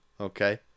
Okay